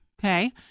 Okay